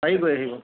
পাৰি গৈ আহিব